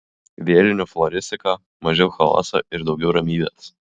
vėlinių floristika mažiau chaoso ir daugiau ramybės